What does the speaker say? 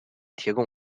提供